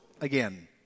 again